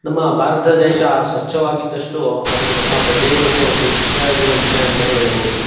ನಮ್ಮ ಭಾರತ ದೇಶ ಸ್ವಚ್ಛವಾಗಿದ್ದಷ್ಟು ಅದು ನಮ್ಮ ಪ್ರಜೆಗಳಿಗೆ ಒಂದು ಖುಷಿಯಾಗಿರುವ ವಿಷಯ ಅಂತ ಹೇಳ್ಬೋದು